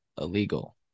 illegal